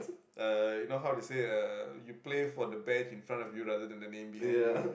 uh you know how they say uh you play for the best in front of you rather than the name behind you